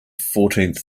fourteenth